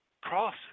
Cross